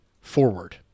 forward